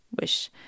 wish